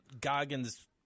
goggins